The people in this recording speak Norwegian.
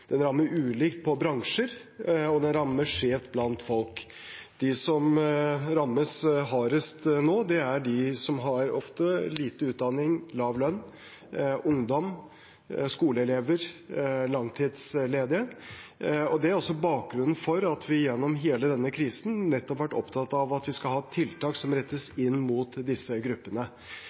Den rammer ulikt på bransjer, og den rammer skjevt blant folk. De som rammes hardest nå, er de som ofte har lite utdanning og lav lønn, ungdom, skoleelever, langtidsledige, og det er også bakgrunnen for at vi gjennom hele denne krisen nettopp har vært opptatt av at vi skal ha tiltak som rettes inn mot disse gruppene.